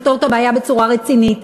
אנחנו נפתור את הבעיה בצורה רצינית,